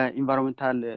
environmental